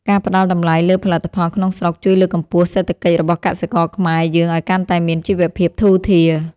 ការផ្ដល់តម្លៃលើផលិតផលក្នុងស្រុកជួយលើកកម្ពស់សេដ្ឋកិច្ចរបស់កសិករខ្មែរយើងឱ្យកាន់តែមានជីវភាពធូរធារ។